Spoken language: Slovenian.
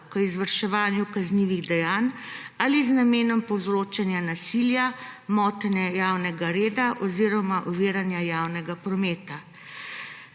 k izvrševanju kaznivih dejanj ali z namenom povzročanja nasilja, motnje javnega reda oziroma oviranja javnega prometa.